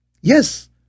Yes